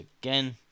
again